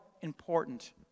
important